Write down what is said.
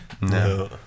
no